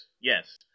yes